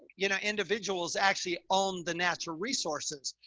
you know, individuals actually own the natural resources.